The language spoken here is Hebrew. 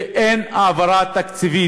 ואין העברה תקציבית.